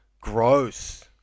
gross